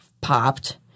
popped